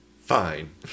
Fine